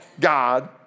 God